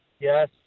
Yes